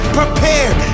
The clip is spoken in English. prepared